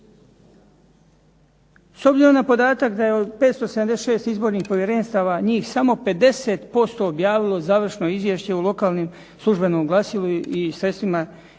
S obzirom na podatak da je od 576 izbornih povjerenstava njih samo 50% objavilo završno izvješće u lokalnom službenom glasilu i sredstvima javnog